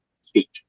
speak